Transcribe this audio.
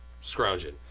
scrounging